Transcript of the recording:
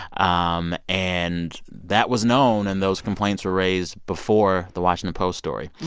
um and that was known, and those complaints were raised before the washington post story.